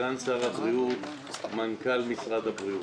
סגן שר הבריאות, מנכ"ל משרד הבריאות.